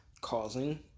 causing